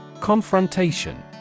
Confrontation